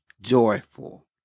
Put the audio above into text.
joyful